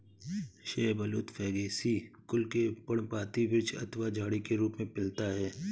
शाहबलूत फैगेसी कुल के पर्णपाती वृक्ष अथवा झाड़ी के रूप में मिलता है